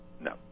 No